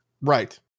Right